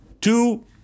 two